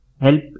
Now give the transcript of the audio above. help